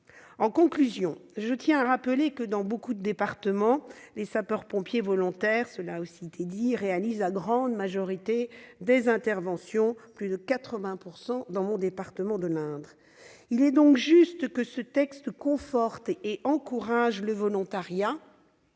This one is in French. En conclusion, je tiens à rappeler que, dans de nombreux départements, les sapeurs-pompiers volontaires réalisent la grande majorité des interventions, soit plus de 80 % d'entre elles dans mon département de l'Indre. Il est donc juste que ce texte conforte et encourage le volontariat